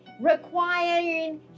requiring